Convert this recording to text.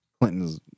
Clinton's